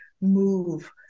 move